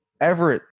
Everett